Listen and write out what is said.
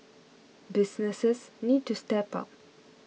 businesses need to step up